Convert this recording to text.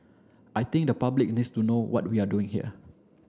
I think the public needs to know what we're doing here